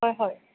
হয় হয়